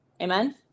Amen